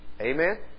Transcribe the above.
Amen